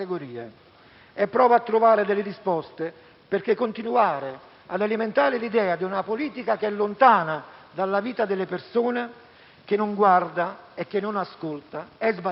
e prova a trovare risposte, perché continuare ad alimentare l'idea di una politica lontana dalla vita delle persone, che non guarda e non ascolta, è sbagliato.